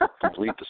complete